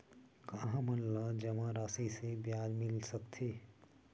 का हमन ला जमा राशि से ब्याज मिल सकथे?